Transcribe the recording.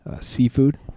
seafood